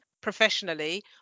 Professionally